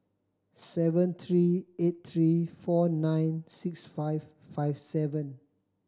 seven three eight three four nine six five five seven